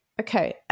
Okay